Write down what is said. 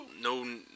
No